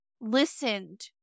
listened